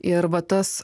ir va tas